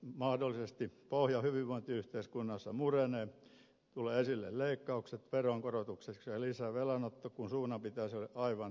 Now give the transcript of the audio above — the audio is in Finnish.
mahdollisesti pohja hyvinvointiyhteiskunnassa murenee esille tulevat leikkaukset veronkorotukset ja lisävelanotto kun suunnan pitäisi olla aivan toisenlainen